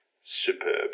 superb